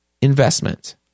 investment